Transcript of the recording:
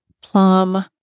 plum